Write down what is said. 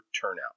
turnout